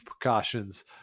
precautions